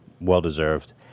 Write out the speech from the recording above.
well-deserved